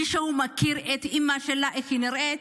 מישהו מכיר את אימא שלה, איך היא נראית?